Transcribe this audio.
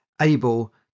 able